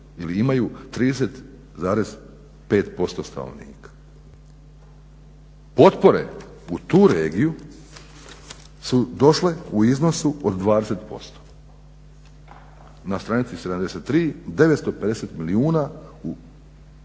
ili imaju 30,5% stanovnika. Potpore u tu regiju su došle u iznosu od 20% Na stranici 73. 950 milijuna